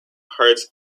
part